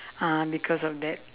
ah because of that